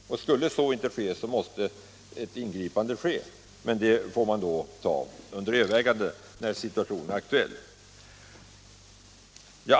Skulle det inte bli fallet måste naturligtvis ett ingripande göras, men det får man då ta under övervägande när den situationen eventuellt blir aktuell.